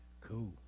Cool